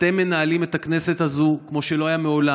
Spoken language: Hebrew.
אתם מנהלים את הכנסת הזו כמו שלא היה מעולם.